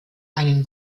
einen